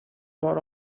bought